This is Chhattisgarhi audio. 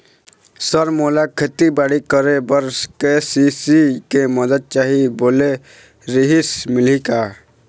सर मोला खेतीबाड़ी करेबर के.सी.सी के मंदत चाही बोले रीहिस मिलही का?